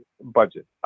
budget